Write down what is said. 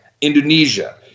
Indonesia